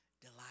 delight